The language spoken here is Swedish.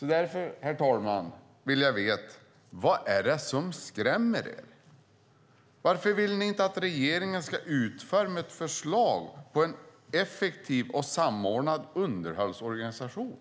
Därför, herr talman, vill jag veta: Vad är det som skrämmer er? Varför vill ni inte att regeringen ska utforma ett förslag på en effektiv och samordnad underhållsorganisation?